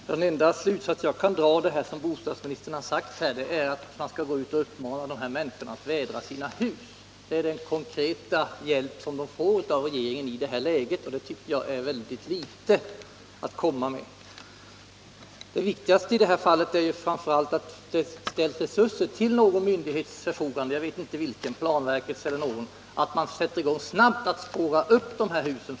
Herr talman! Den enda slutsats jag kan dra av vad bostadsministern sagt är att man skall uppmana de här människorna att vädra sina hus. Det är den konkreta hjälp de får av regeringen i det här läget. Det tycker jag är väldigt litet att komma med. Det viktigaste är ju att det ställs resurser till någon myndighets förfogande — jag vet inte vilken det bör vara; plan verket eller någon annan — för att först och främst spåra upp dessa hus.